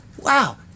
wow